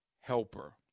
helper